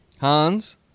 Hans